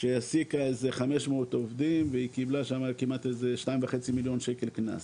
שהעסיקה 500 עובדים וקיבלה 2.5 מיליון שקלים קנס.